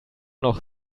noch